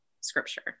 scripture